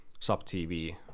SubTV